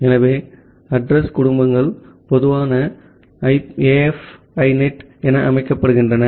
ஆகவே அட்ரஸ் குடும்பங்கள் பொதுவாக AF INET என அமைக்கப்படுகின்றன